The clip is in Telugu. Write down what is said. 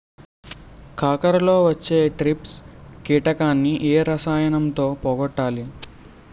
కాకరలో వచ్చే ట్రిప్స్ కిటకని ఏ రసాయనంతో పోగొట్టాలి?